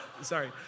sorry